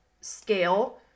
scale